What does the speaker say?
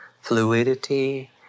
fluidity